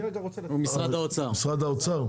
משרד האוצר.